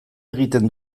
egiten